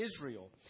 Israel